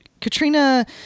Katrina